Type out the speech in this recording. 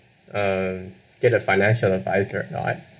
um get a financial advisor or not